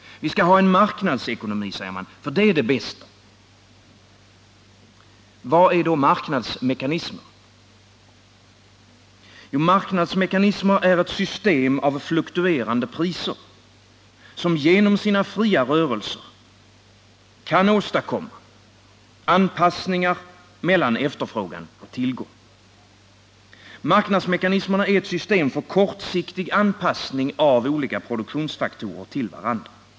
Vi skall ha en marknadsekonomi, säger man, för det är det bästa. Vad är då marknadsmekanismer? Marknadsmekanismer är ett system av fluktuerande priser, som genom sina fria rörelser kan åstadkomma anpassningar mellan efterfrågan och tillgång. Marknadsmekanismerna är ett system för kortsiktig anpassning av olika produktionsfaktorer till varandra.